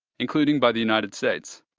including by the united states,